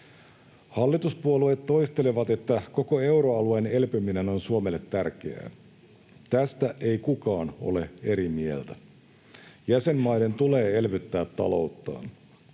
Hallituspuolueet toistelevat, että koko euroalueen elpyminen on Suomelle tärkeää. Tästä ei kukaan ole eri mieltä. Jäsenmaiden tulee elvyttää talouttaan.